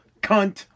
cunt